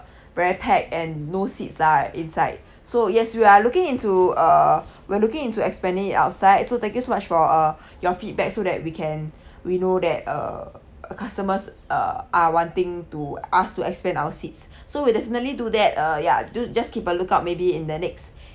very pack and no seats lah inside so yes we are looking into uh we're looking into expanding it outside so thank you so much for uh your feedback so that we can we know that uh a customer's uh are wanting to us to explain our seats so we definitely do that uh ya do just keep a look out maybe in the next